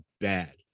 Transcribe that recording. bad